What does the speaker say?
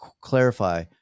clarify